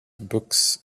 books